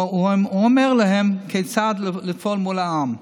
הוא אומר להם כיצד לפעול מול העם: